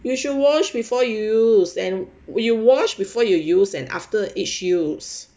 you should wash before use and you wash before you use and after each use